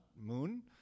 moon